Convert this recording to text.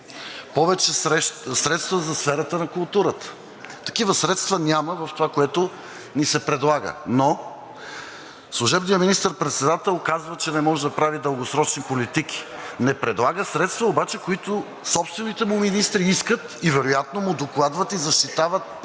повече средства за сферата на културата, такива средства няма в това, което ни се предлага. Служебният министър-председател казва, че не може да прави дългосрочни политики. Не предлага средства обаче, които собствените му министри искат и вероятно му докладват и защитават